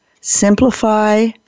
simplify